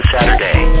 Saturday